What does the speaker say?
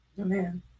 Amen